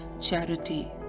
Charity